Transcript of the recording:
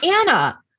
Anna